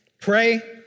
Pray